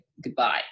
goodbye